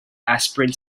aspirin